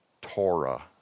Torah